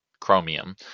chromium